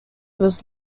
was